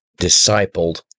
discipled